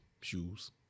shoes